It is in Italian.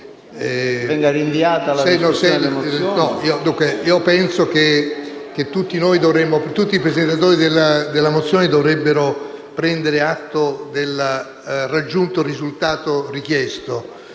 venga rinviata la discussione delle mozioni? ZANDA *(PD)*. Penso che tutti i presentatori delle mozioni dovrebbero prendere atto del raggiunto risultato richiesto.